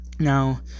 Now